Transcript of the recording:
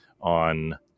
on